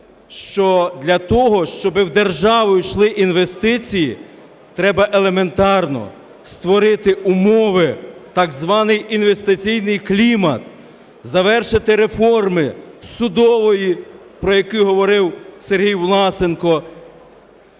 для того, щоб у державу йшли інвестиції, треба елементарно створити умови, так званий інвестиційний клімат, завершити реформи судової, про які говорив Сергій Власенко.